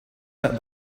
went